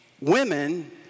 women